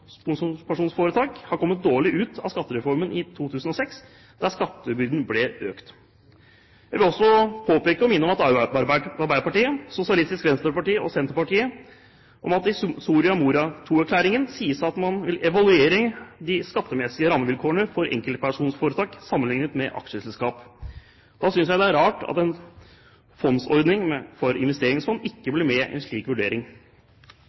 har kommet dårlig ut av Skattereformen i 2006, der skattebyrden ble økt. Jeg vil også påpeke og minne Arbeiderpartiet, Sosialistisk Venstreparti og Senterpartiet om at det i Soria Moria II-erklæringen sies at man vil evaluere «de skattemessige rammevilkårene for enkeltpersonforetak sammenliknet med aksjeselskap». Da synes jeg det er rart at en fondsordning for investeringsfond ikke blir med i en slik vurdering.